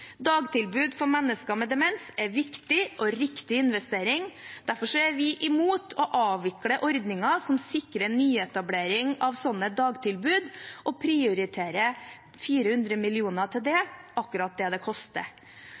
Dagtilbud for mennesker med demens er en viktig og riktig investering. Derfor er vi imot å avvikle ordninger som sikrer nyetablering av sånne dagtilbud, og prioriterer 400 mill. kr til det – akkurat det det koster.